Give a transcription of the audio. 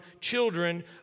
children